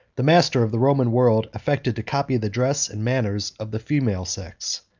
the master of the roman world affected to copy the dress and manners of the female sex,